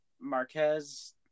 Marquez